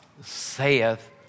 saith